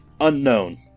Unknown